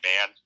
man